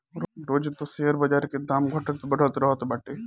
रोज तअ शेयर बाजार के दाम घटत बढ़त रहत बाटे